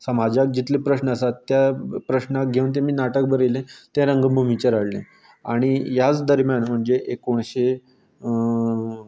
समाजान जितले प्रश्न आसता त्या प्रश्नाक घेवन तेमी नाटक बरयलें तें रंगभुमीचेर हाडलें आनी ह्याच दरम्यान म्हणजे एकोणशे